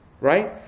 right